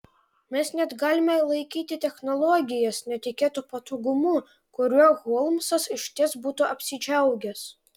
mes net galime laikyti technologijas netikėtu patogumu kuriuo holmsas išties būtų apsidžiaugęs